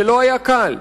זה לא היה קל,